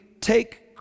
take